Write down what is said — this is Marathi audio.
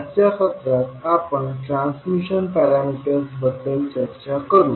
आजच्या सत्रात आपण ट्रांसमिशन पॅरामीटर्स बद्दल चर्चा करू